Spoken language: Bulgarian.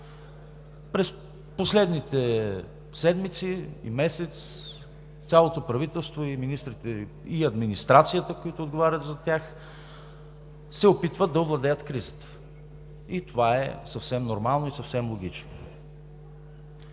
През последните седмици и месец цялото правителство – и министрите, и администрацията, които отговарят за тях, се опитват да овладеят кризата. Това е съвсем нормално и съвсем логично,